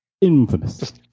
infamous